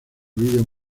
video